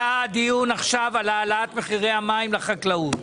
היה דיון עכשיו על העלאת מחירי המים לחקלאות.